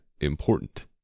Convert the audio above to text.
important